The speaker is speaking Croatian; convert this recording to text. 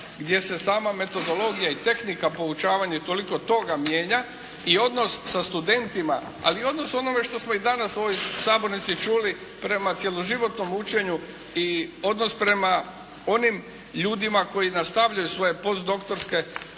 gdje se sama metodologija i tehnička poučavanja i toliko toga mijenja i odnos sa studentima, ali i odnos u onome što smo i danas u ovoj sabornici čuli prema cijeloživotnom učenju i odnos prema onim ljudima koji nastavljaju svoje postdoktorske,